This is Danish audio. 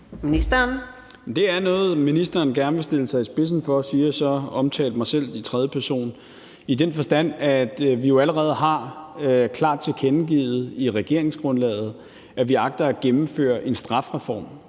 Det er noget, ministeren gerne vil stille sig i spidsen for – siger jeg så og omtaler mig selv i tredje person – i den forstand, at vi jo allerede klart har tilkendegivet i regeringsgrundlaget, at vi agter at gennemføre en strafreform,